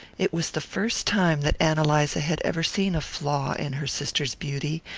it was the first time that ann eliza had ever seen a flaw in her sister's beauty,